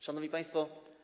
Szanowni Państwo!